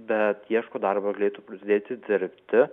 bet ieško darbo galėtų pradėti dirbti